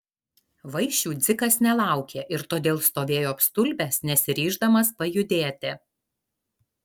vaišių dzikas nelaukė ir todėl stovėjo apstulbęs nesiryždamas pajudėti